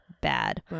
bad